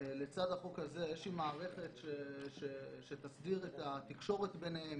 לצד החוק הזה מערכת שתסדיר את התקשורת ביניהם,